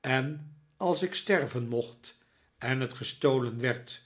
en als ik sterven mocht en het gestolen werd